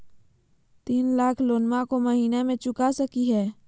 तीन लाख लोनमा को महीना मे चुका सकी हय?